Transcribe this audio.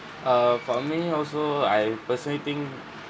err for me also I persuading